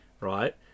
Right